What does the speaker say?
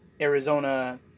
Arizona